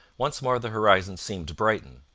once more the horizon seemed to brighten,